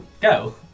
Go